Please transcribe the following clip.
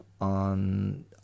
on